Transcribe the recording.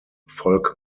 folk